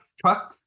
trust